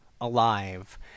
alive